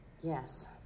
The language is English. Yes